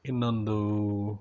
ಇನ್ನೊಂದು